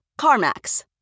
CarMax